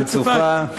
רצופה,